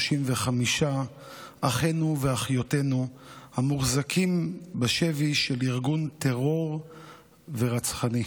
אחינו ואחיותינו המוחזקים בשבי של ארגון טרור רצחני.